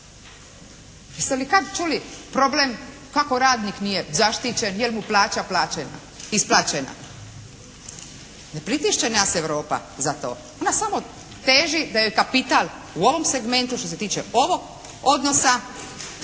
Jeste li kad čuli problem kako radnik nije zaštićen, je li mu plaća isplaćena? Ne pritišće nas Europa za to, ona samo teži da joj kapital u ovom segmentu, što se tiče ovog odnosa,